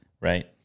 Right